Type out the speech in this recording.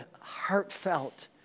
heartfelt